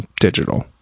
digital